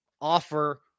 offer